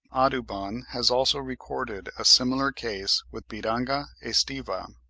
audubon has also recorded a similar case with pyranga aestiva.